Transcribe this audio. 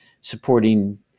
supporting